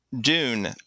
Dune